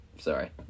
Sorry